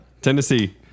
Tennessee